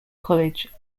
college